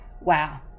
wow